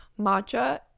matcha